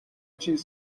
چیز